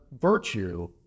virtue